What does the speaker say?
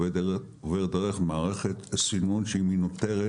עוברת דרך מערכת סינון שהיא מנוטרת,